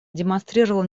демонстрировал